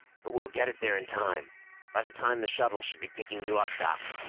but we'll get it there in time by the time the shuttle should be picking you up. doc,